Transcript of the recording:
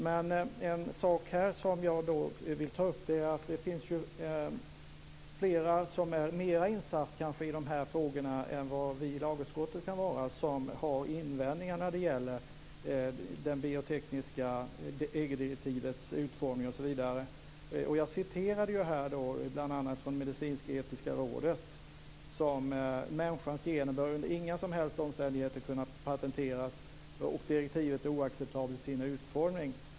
Men en sak som jag vill ta upp är att det finns fler som är mer insatta i de här frågorna än vad vi i lagutskottet kan vara som har invändningar mot det biotekniska EG Jag hänvisade till vad Statens medicinsk-etiska råd skrev om att människans gener under inga som helst omständigheter bör kunna patenteras och att direktivet är oacceptabelt i sin utformning.